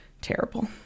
terrible